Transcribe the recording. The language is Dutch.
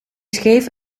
scheef